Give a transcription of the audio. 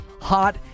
hot